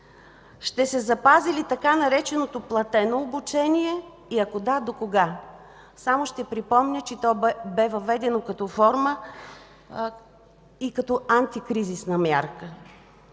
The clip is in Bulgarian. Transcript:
Ще се запази ли така нареченото платено обучение и ако да – докога? Само ще припомня, че то бе въведено като форма и като антикризисна мярка,